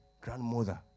grandmother